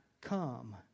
come